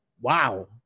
Wow